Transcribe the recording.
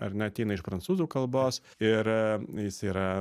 ar ne ateina iš prancūzų kalbos ir jis yra